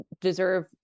deserve